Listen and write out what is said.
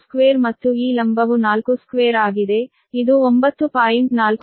62 ಮತ್ತು ಈ ಲಂಬವು 4 square ಆಗಿದೆ ಇದು 9